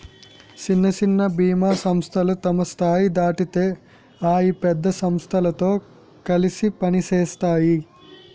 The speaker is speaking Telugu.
సిన్న సిన్న బీమా సంస్థలు తమ స్థాయి దాటితే అయి పెద్ద సమస్థలతో కలిసి పనిసేత్తాయి